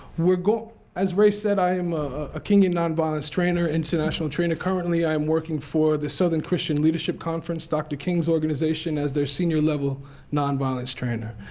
we're go as ray said, i am a kingian nonviolence trainer international trainer. currently i am working for the southern christian leadership conference, dr. king's organization, as their senior level nonviolence trainer.